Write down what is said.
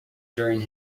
during